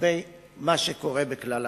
לגבי מה שקורה בכלל המערכת.